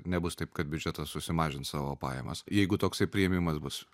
nebus taip kad biudžetas susimažins savo pajamas jeigu toksai priėmimas bus